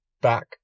back